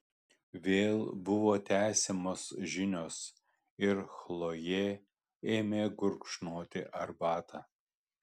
vėl buvo tęsiamos žinios ir chlojė ėmė gurkšnoti arbatą